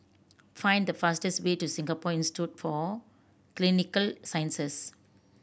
find the fastest way to Singapore Institute for Clinical Sciences